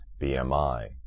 BMI